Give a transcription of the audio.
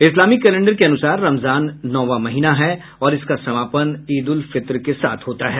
Islamic calendar के अनुसार रमजान नौवां महीना है और इसका समापन इद उल फित्र के साथ होता है